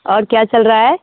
और क्या चल रहा है